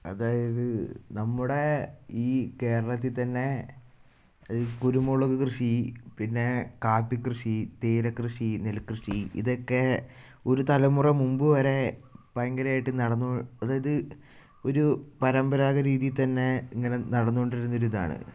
അതായത് നമ്മുടെ ഈ കേരളത്തിൽ തന്നെ ഈ കുരുമുളക് കൃഷി പിന്നെ കാപ്പി കൃഷി തേയില കൃഷി നെല്കൃഷി ഇതൊക്കെ ഒരു തലമുറ മുമ്പ് വരെ ഭയങ്കരമായിട്ട് നടന്നു അതായത് ഒരു പരമ്പരാഗത രീതിയിൽ തന്നെ ഇങ്ങനെ നടന്നു കൊണ്ടിരുന്ന ഒരു ഇതാണ്